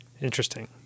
Interesting